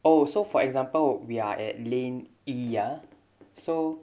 oh so for example we are at lane E ah so